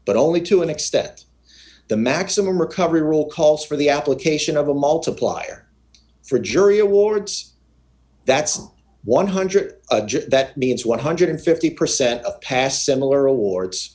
but only to an extent the maximum recovery rule calls d for the application of a multiplier for jury awards that's one hundred dollars that means one hundred and fifty percent of past similar awards